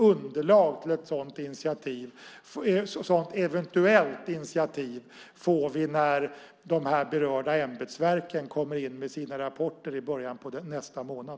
Underlag till ett sådant eventuellt initiativ får vi när de berörda ämbetsverken kommer in med sina rapporter i början av nästa månad.